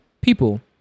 people